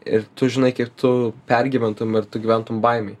ir tu žinai kiek tu pergyventum ir tu gyventum baimėj